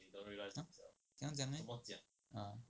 !huh! 怎样讲 ah